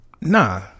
nah